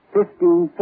Fifteen